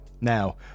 Now